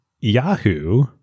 Yahoo